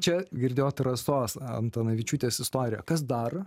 čia girdėjot rasos antanavičiūtės istoriją kas dar